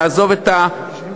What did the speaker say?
נעזוב את ההסתייגויות,